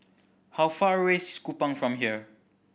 how far away is Kupang from here